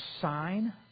sign